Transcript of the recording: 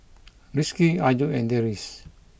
Rizqi Ayu and Deris